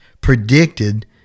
predicted